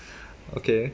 okay